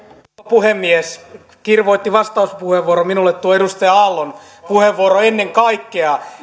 puhemies kirvoitti vastauspuheenvuoron minulle tuo edustaja aallon puheenvuoro ennen kaikkea